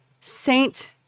saint